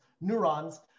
neurons